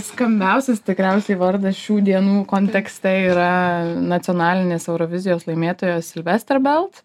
skambiausias tikriausiai vardas šių dienų kontekste yra nacionalinės eurovizijos laimėtoją silvestrą belt